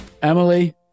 Emily